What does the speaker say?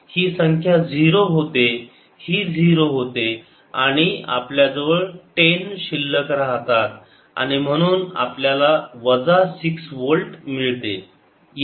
ही संख्या 0 होते ही 0 होते आणि आपल्याजवळ 10 शिल्लक राहतात आणि म्हणून आपल्याला वजा 6 वोल्ट मिळते